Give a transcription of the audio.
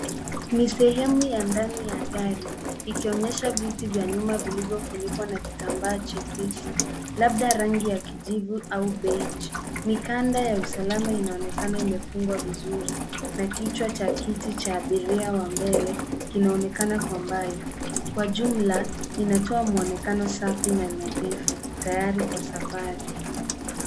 Ni sehemu ya ndani ya gari ikionyesha viti vya nyuma vilivyofunikwa na kitambaa chepesi labda rangi ya kijivu au beige . Mikanda ya usalama inaonekana imefungwa vizuri na kichwa cha kiti cha abiria wa mbele kinaonekana kwa mbali. Kwa jumla inatoa mwonekano safi na nadhifu tayari kwa safari.